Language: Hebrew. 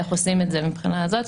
איך עושים את זה מהבחינה הזאת,